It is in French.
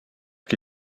qui